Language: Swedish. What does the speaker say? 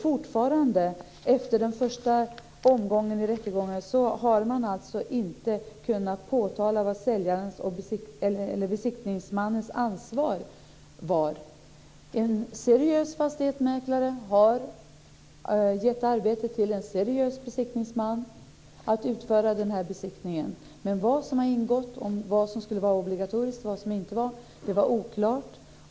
Fortfarande - efter den första omgången i rätten - har man inte kunnat påtala vilket säljarens eller besiktningsmannens ansvar var. En seriös fastighetsmäklare har givit i uppdrag åt en seriös besiktningsman att utföra denna besiktning. Men vad som har ingått, vad som var obligatoriskt och vad som inte var det är oklart.